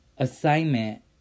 Assignment